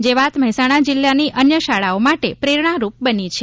જે વાત મહેસાણા જિલ્લાની અન્ય શાળા માટે પ્રેરણારૂપ બની છે